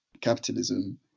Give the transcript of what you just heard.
capitalism